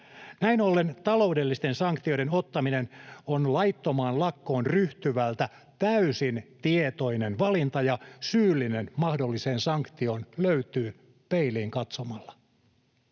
Näin ollen taloudellisten sanktioiden ottaminen on laittomaan lakkoon ryhtyvältä täysin tietoinen valinta ja syyllinen mahdolliseen sanktioon löytyy peiliin katsomalla.